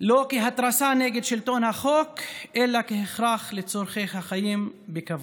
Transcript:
לא כהתרסה נגד שלטון החוק אלא כהכרח לצורכי החיים בכבוד.